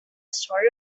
sort